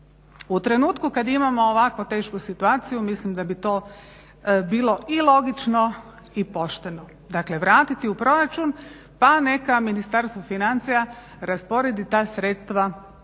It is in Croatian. U trenutku kad imamo ovako tešku situaciju, mislim da bi to bilo i logično i pošteno. Dakle, vratiti u proračun pa neka Ministarstvo financija rasporedi ta sredstva tamo